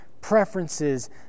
preferences